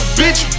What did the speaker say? bitch